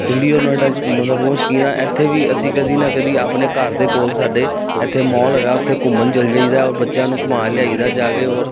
ਦਿੱਲੀ ਔਰ ਨੋਇਡਾ 'ਚ ਘੁੰਮਣ ਦਾ ਬਹੁਤ ਸ਼ੌਕੀਨ ਆ ਇੱਥੇ ਵੀ ਅਸੀਂ ਕਦੀ ਨਾ ਕਦੀ ਆਪਣੇ ਘਰ ਦੇ ਕੋਲ ਸਾਡੇ ਇੱਥੇ ਮੌਲ ਹੈਗਾ ਉੱਥੇ ਘੁੰਮਣ ਚਲ ਜਾਈਦਾ ਬੱਚਿਆਂ ਨੂੰ ਘੁਮਾ ਲਿਆਈਦਾ ਜਾ ਕੇ ਔਰ